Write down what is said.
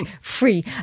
free